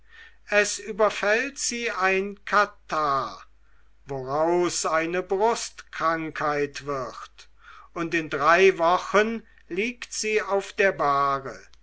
es überfällt sie ein katarrh woraus eine brustkrankheit wird und in drei wochen liegt sie auf der bahre